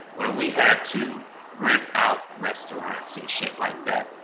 where we had to rent out restaurants and shit like that.